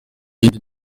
yindi